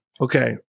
Okay